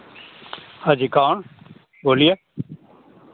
हाँ जी कौन बोलिए